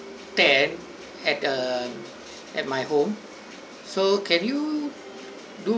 ten at err at my home so can you do~